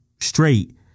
straight